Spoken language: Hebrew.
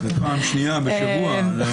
פעם שנייה בשבוע.